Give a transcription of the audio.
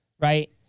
Right